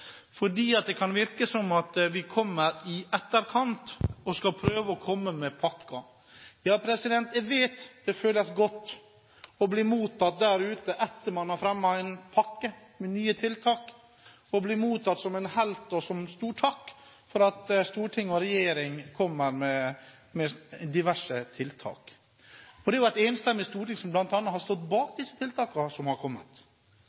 kommer i etterkant, og prøver å komme med pakker. Jeg vet det føles godt å bli mottatt der ute, etter at man har fremmet en pakke med nye tiltak – bli mottatt som en helt og få stor takk for at storting og regjering kommer med diverse tiltak. Det er jo et enstemmig storting som har stått bak disse tiltakene som har kommet.